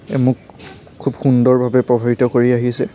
মোক খুব সুন্দৰভাৱে প্ৰভাৱিত কৰি আহিছে